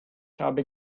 habe